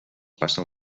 passen